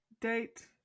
date